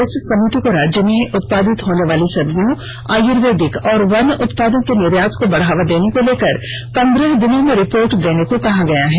इस समिति को राज्य में उत्पादित होने वाली सब्जियों आयुर्वेदिक और वन उत्पादों के निर्यात को बढ़ावा देने को लेकर पंद्रह दिनों में रिपोर्ट देने को कहा गया है